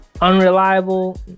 Unreliable